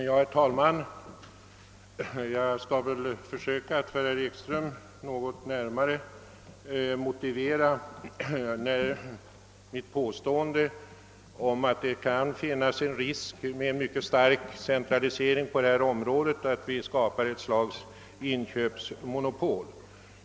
Herr talman! Jag skall försöka att för herr Ekström i Iggesund litet närmare motivera mitt påstående att det kan vara risker förbundna med en mycket stark centralisering på detta område. Den kan nämligen medföra ett slags inköpsmonopol.